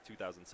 2007